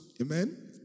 amen